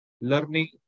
learning